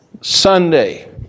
Sunday